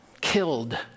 Killed